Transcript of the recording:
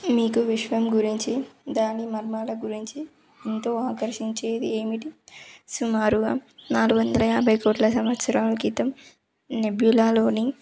మీకు విశ్వం గురించి దాని మర్మాల గురించి ఎంతో ఆకర్షించేది ఏమిటి సుమారుగా నాలుగు వందల యాభై కోట్ల సంవత్సరాల క్రితం నెబ్యులాలోని